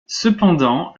cependant